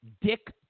Dick